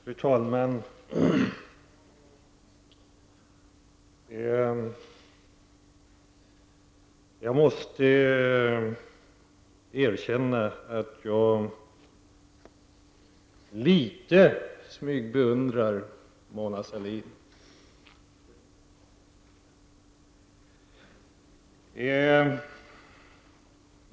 Fru talman! Jag måste erkänna att jag litet i smyg beundrar Mona Sahlin.